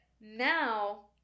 now